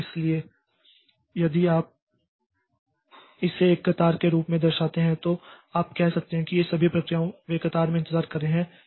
इसलिए यदि आप इसे एक कतार के रूप में दर्शाता हैं तो आप कह सकते हैं कि ये सभी प्रक्रियाओं वे कतार में इंतजार कर रहे हैं